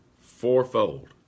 fourfold